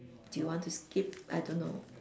do you want to skip I don't know